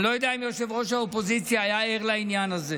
אני לא יודע אם ראש האופוזיציה היה ער לעניין הזה,